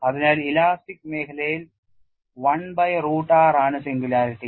അതിനാൽ ഇലാസ്റ്റിക് മേഖലയിൽ 1 by root r ആണ് സിംഗുലാരിറ്റി